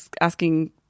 asking